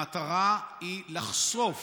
המטרה היא לחשוף